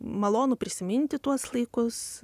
malonu prisiminti tuos laikus